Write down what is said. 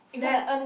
that